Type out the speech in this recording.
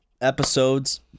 episodes